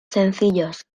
sencillos